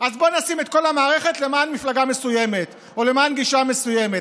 אז בואו נשים את כל המערכת למען מפלגה מסוימת או למען גישה מסוימת.